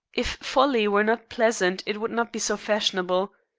if folly were not pleasant it would not be so fashionable.